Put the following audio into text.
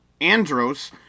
Andros